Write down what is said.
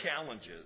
challenges